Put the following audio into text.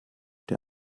der